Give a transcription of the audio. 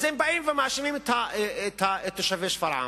אז הם באים ומאשימים את תושבי שפרעם.